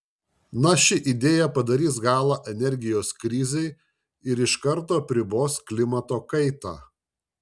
na ši idėja padarys galą energijos krizei ir iš karto apribos klimato kaitą